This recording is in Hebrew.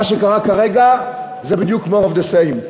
מה שקרה כרגע זה בדיוק more of the same.